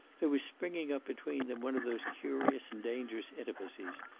there was springing up between them one of those curious and dangerous intimacies,